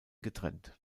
getrennt